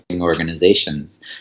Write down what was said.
organizations